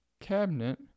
cabinet